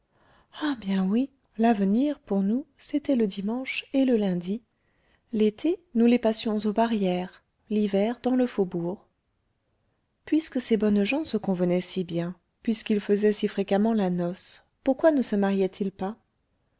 ah bien oui l'avenir pour nous c'était le dimanche et le lundi l'été nous les passions aux barrières l'hiver dans le faubourg puisque ces bonnes gens se convenaient si bien puisqu'ils faisaient si fréquemment la noce pourquoi ne se mariaient ils pas